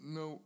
no